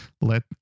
let